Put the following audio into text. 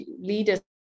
leaders